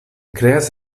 kreas